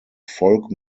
folk